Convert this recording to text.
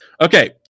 Okay